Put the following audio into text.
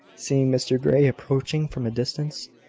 seeing mr grey approaching from a distance.